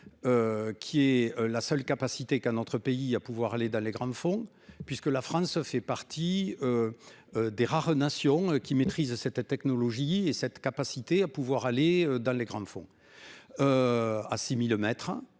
Qui est la seule capacité qu'un autre pays à pouvoir aller dans les grandes font puisque la France fait partie. Des rares nations qui maîtrise c'était technologie et cette capacité à pouvoir aller dans les grandes font. À 6000 mètres